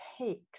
takes